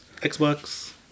Xbox